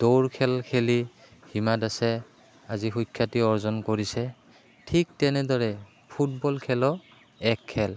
দৌৰ খেল খেলি হীমা দাসে আছে আজি সুখ্যাতি অৰ্জন কৰিছে ঠিক তেনেদৰে ফুটবল খেলো এক খেল